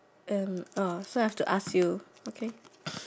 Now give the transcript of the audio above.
um uh so I have to ask you okay